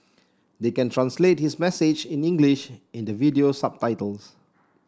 they can translate his message in English in the video subtitles